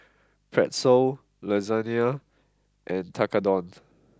Pretzel Lasagne and Tekkadon